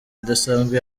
idasanzwe